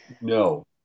No